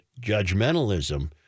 judgmentalism